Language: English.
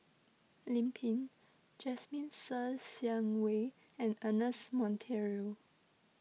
Lim Pin Jasmine Ser Xiang Wei and Ernest Monteiro